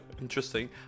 Interesting